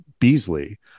Beasley